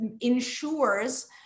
ensures